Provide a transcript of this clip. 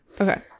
Okay